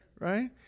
Right